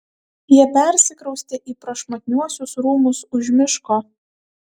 jie persikraustė į prašmatniuosius rūmus už miško